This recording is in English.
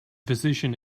physician